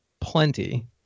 plenty